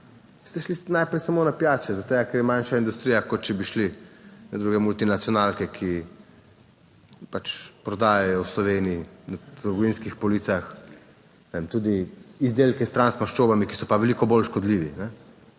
ste šli najprej samo na pijače, zaradi tega, ker je manjša industrija, kot če bi šli na druge multinacionalke, ki prodajajo v Sloveniji na trgovinskih policah tudi izdelke s transmaščobami, ki so pa veliko bolj škodljivi